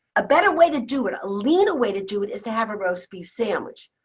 a better way to do it, a leaner way to do it is to have a roast beef sandwich.